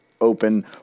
open